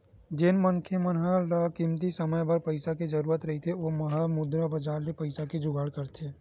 जेन मनखे मन ल कमती समे बर पइसा के जरुरत रहिथे ओ मन ह मुद्रा बजार ले पइसा के जुगाड़ करथे